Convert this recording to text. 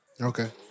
Okay